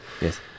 Yes